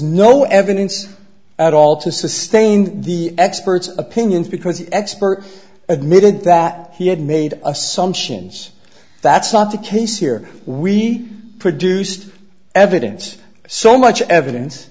no evidence at all to sustain the expert's opinion because the expert admitted that he had made assumptions that's not the case here we produced evidence so much evidence